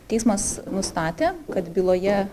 teismas nustatė kad byloje